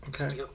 Okay